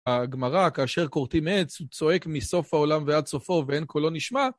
הגמרא, כאשר כורתים עץ, הוא צועק מסוף העולם ועד סופו, ואין קולו נשמע.